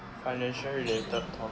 financial related topic